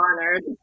honored